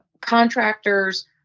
contractors